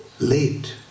Late